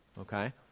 Okay